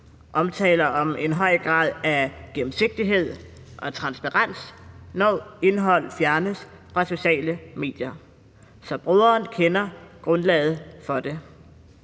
omtaler, nemlig en høj grad af gennemsigtighed og transparens, når indhold fjernes fra sociale medier, så brugeren kender grundlaget for det.